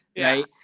right